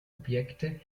objekte